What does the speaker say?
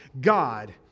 God